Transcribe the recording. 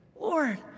Lord